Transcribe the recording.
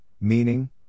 meaning